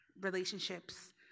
relationships